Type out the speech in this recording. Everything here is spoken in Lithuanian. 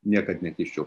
niekad nekiščiau